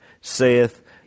saith